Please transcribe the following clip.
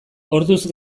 orduz